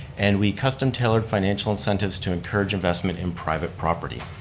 and we custom-tailored financial incentives to encourage investment in private property.